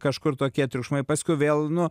kažkur tokie triukšmai paskui vėl nu